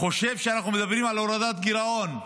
חושב שאנחנו מדברים על הורדת גירעון.